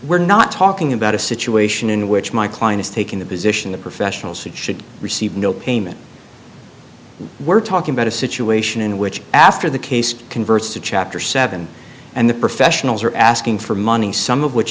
we're not talking about a situation in which my client is taking the position the professionals who should receive no payment and we're talking about a situation in which after the case converts to chapter seven and the professionals are asking for money some of which